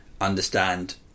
understand